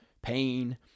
pain